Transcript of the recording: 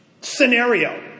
scenario